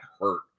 hurt